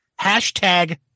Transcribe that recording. Hashtag